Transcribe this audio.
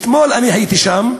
אתמול אני הייתי שם.